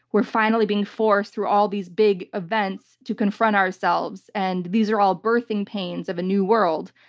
we're finally being forced through all these big events to confront ourselves and these are all birthing pains of a new world.